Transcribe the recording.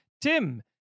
tim